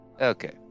Okay